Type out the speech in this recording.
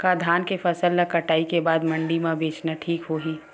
का धान के फसल ल कटाई के बाद मंडी म बेचना ठीक होही?